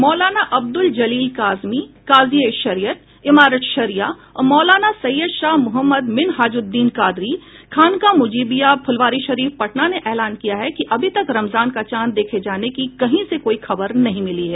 मौलाना अब्दुल जलील कासमी काज़ी ए शरियत ईमारत शरिया और मौलाना सैयद शाह मोहम्मद मिनहाजुद्दीन कादरी खानकाह मुजीबिया फुलवारी शरीफ पटना ने ऐलान किया है कि अभी तक रमजान का चांद देखे जाने की कहीं से कोई खबर नहीं मिली है